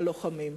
הלוחמים.